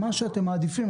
מה שאתם מעדיפים.